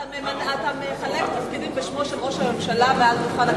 אתה מחלק תפקידים בשמו של ראש הממשלה מעל דוכן הכנסת?